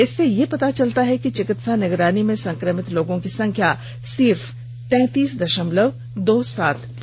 इससे यह पता चलता है कि चिकित्सा निगरानी में संक्रमित लोगों की संख्या सिर्फ तैंतीस दशमलव दो सात प्रतिशत है